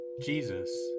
Jesus